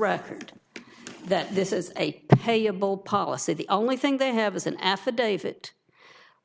record that this is a payable policy the only thing they have is an affidavit